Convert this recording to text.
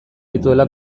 dituela